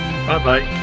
Bye-bye